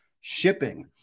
shipping